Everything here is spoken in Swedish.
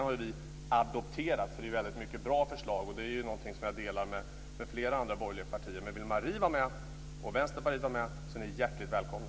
Vi har adopterat det, eftersom det är många bra förslag. Det är en uppfattning som jag delar med flera andra borgerliga partier. Om Marie Engström och Vänsterpartiet vill vara med är ni hjärtligt välkomna.